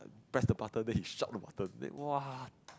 press the button then he shout the button then !wah!